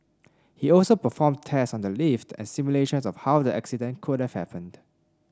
he also performed tests on the lift and simulations of how the accident could have happened